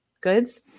goods